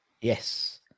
yes